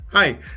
Hi